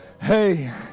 hey